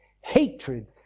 hatred